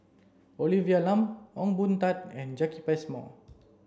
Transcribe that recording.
Olivia Lum Ong Boon Tat and Jacki Passmore